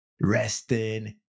resting